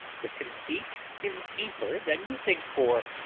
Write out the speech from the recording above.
the conceit is deeper than you think for.